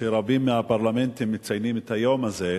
ורבים מהפרלמנטים מציינים את היום הזה.